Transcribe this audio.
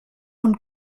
und